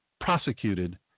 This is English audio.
prosecuted